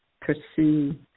pursue